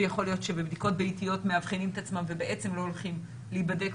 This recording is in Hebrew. ויכול להיות שבבדיקות ביתיות מאבחנים את עצמם ובעצם לא הולכים להיבדק,